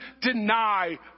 deny